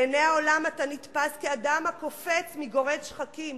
בעיני העולם אתה נתפס כאדם הקופץ מגורד שחקים,